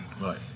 right